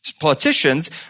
politicians